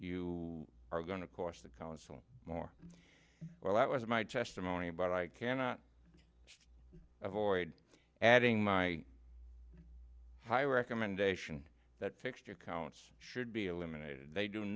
you are going to cost the council more well that was my testimony but i cannot avoid adding my high recommendation that picture counts should be eliminated they do